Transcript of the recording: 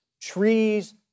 Trees